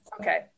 Okay